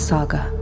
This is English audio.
Saga